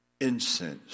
incense